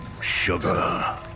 sugar